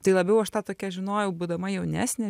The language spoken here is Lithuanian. tai labiau aš tą tokią žinojau būdama jaunesnė